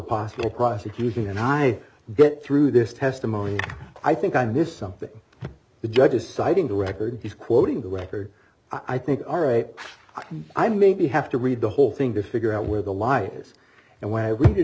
possible prosecution and i get through this testimony i think i missed something the judge is citing the record he's quoting the record i think are right i maybe have to read the whole thing to figure out where the lie is and when i read it